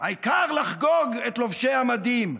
העיקר לחגוג את לובשי המדים.